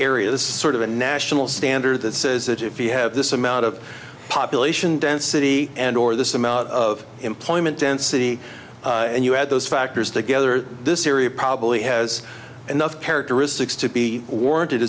areas sort of a national standard that says if you have this amount of population density and or this amount of employment density and you add those factors together this area probably has enough characteristics to be warranted